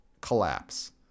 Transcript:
collapse